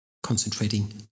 Concentrating